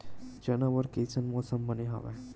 चना बर कइसन मौसम बने हवय?